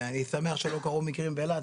אני שמח שלא קרו מקרים באילת,